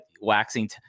waxing